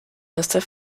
erster